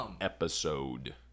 episode